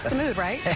um good right